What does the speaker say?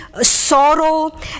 sorrow